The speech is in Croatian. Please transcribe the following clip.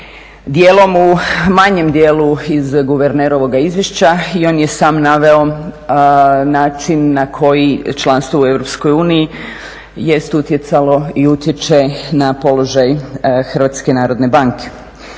Dijelom u manjem dijelu iz guvernerova izvješća i on je sam naveo način na koji članstvo u EU jest utjecalo i utječe na položaj HNB-a.